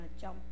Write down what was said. jump